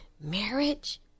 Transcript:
marriage